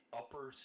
upper